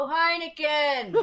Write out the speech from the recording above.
Heineken